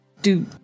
Do-